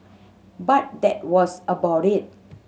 but that was about it